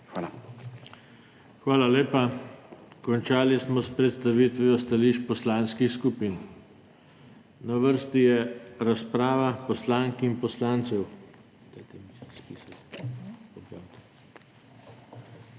TANKO: Hvala lepa. Končali smo s predstavitvijo stališč poslanskih skupin. Na vrsti je razprava poslank in poslancev.